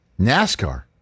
NASCAR